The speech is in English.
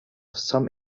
some